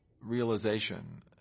realization